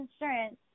insurance